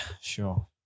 sure